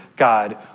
God